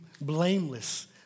blameless